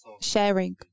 sharing